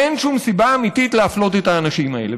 אין שום סיבה אמיתית להפלות את האנשים האלה.